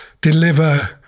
deliver